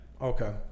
Okay